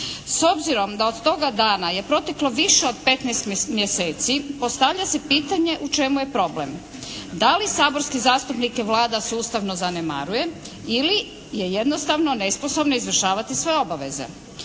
S obzirom da od toga dana je proteklo više od 15 mjeseci postavlja se pitanje u čemu je problem. Da li saborske zastupnike Vlada sustavno zanemaruje ili je jednostavno nesposobno izvršavati svoje obaveze.